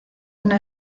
una